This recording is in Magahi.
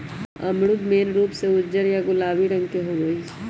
अमरूद मेन रूप से उज्जर या गुलाबी रंग के होई छई